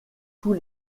tous